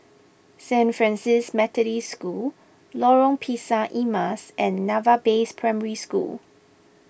Saint Francis Methodist School Lorong Pisang Emas and Naval Base Primary School